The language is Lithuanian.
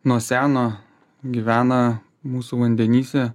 nuo seno gyvena mūsų vandenyse